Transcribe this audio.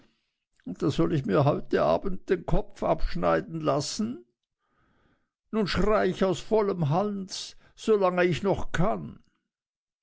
und da soll ich mir heute abend den kopf abschneiden lassen nun schrei ich aus vollem hals solang ich noch kann